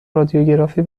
رادیوگرافی